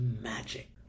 magic